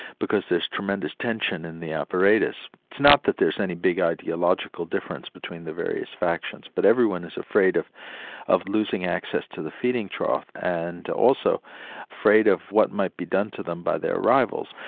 because there's tremendous tension in the apparatus, it's not that there's any big ideological difference between the various factions, but everyone is afraid of of losing access to the feeding trough, and also afraid of what might be done to them by their rivals.